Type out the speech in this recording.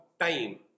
time